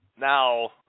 Now